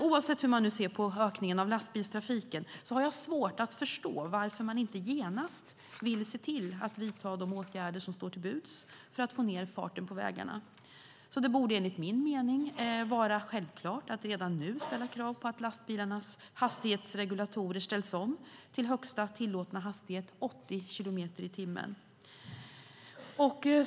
Oavsett hur man ser på ökningen av lastbilstrafiken har jag svårt att förstå varför man inte genast vill se till att vidta de åtgärder som står till buds för att få ned farten på vägarna. Det borde enligt min mening vara självklart att redan nu ställa krav på att lastbilarnas hastighetsregulatorer ställs om till högsta tillåtna hastighet, 80 kilometer i timmen.